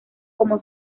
como